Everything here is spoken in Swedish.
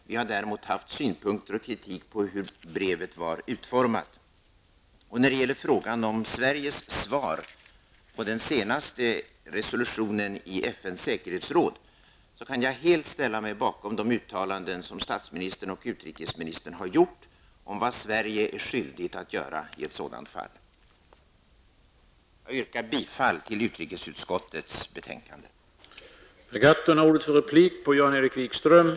Däremot har vi framfört synpunkter på och kritik mot hur brevet var utformat. Vad gäller frågan om Sveriges svar på den senaste resolutionen i FNs säkerhetsråd vill jag säga att jag helt kan ställa mig bakom de uttalanden som statsministern och utrikesministern har gjort om vad Sverige är skyldigt att göra i ett sådant fall. Herr talman! Med detta yrkar jag bifall till hemställan i utrikesutskottets betänkande.